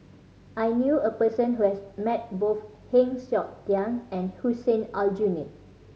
I knew a person who has met both Heng Siok Tian and Hussein Aljunied